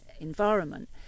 environment